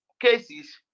cases